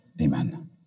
Amen